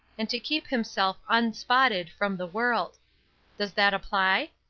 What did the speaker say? and to keep himself unspotted from the world does that apply?